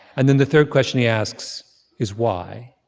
and then the third question he asks is, why?